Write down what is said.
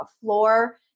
floor